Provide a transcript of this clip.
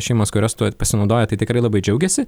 šeimos kurios tuo pasinaudoja tai tikrai labai džiaugiasi